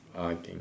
uh I think